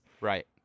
Right